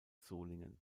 solingen